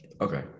Okay